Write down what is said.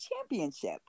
Championship